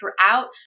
throughout